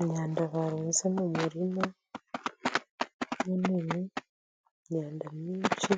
Imyanda barunze mu umurima w'Ibinyomoro, imyanda myinshi,